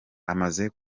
amaze